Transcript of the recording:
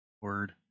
word